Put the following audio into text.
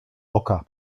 oka